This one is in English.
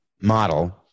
model